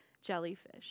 jellyfish